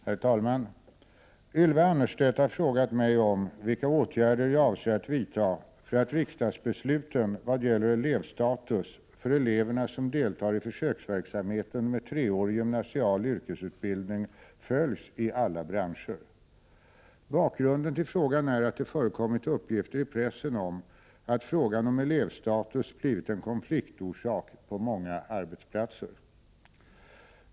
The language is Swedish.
Herr talman! Ylva Annerstedt har frågat mig om vilka åtgärder jag avser att vidta för att riksdagsbesluten vad gäller elevstatus för eleverna som deltar i försöksverksamheten med treårig gymnasial yrkesutbildning följs i alla branscher. Bakgrunden till frågan är att det förekommit uppgifter i pressen om att frågan om elevstatus blivit en konfliktorsak på många arbetsplatser.